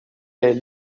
est